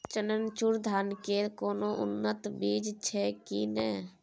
चननचूर धान के कोनो उन्नत बीज छै कि नय?